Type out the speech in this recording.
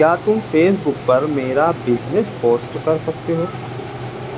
کیا تم Facebook پر میرا بزنس پوسٹ کر سکتے ہو